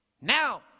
Now